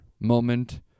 moment